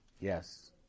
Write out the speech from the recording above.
Yes